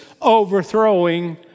overthrowing